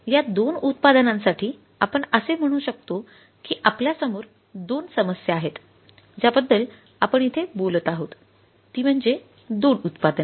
या दोन उत्पादनांसाठी आपण असे म्हणू शकतो कि आपल्या समोर दोन समस्या आहेत ज्या बद्दल आपण इथे बोलत आहोत ती म्हणजे दोन उत्पादने